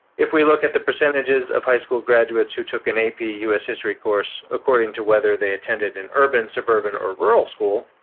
if we look at the percentages of high school graduates who took an ap u s. history course according to whether they attended an urban, suburban, or rural school,